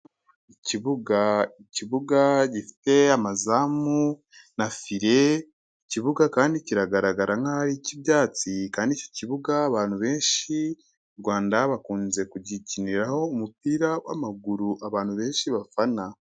Ikibuga, ikibuga gifite amazamu na file, ikibuga kandi kiragaragara nk'aho ari icy'ibyatsi kandi iki kibuga abantu benshi mu Rwanda bakunze kugikiniraho umupira w'amaguru abantu benshi bafana.